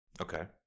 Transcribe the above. Okay